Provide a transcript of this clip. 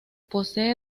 posee